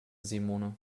simone